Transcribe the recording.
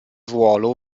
ruolo